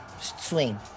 swing